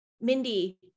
Mindy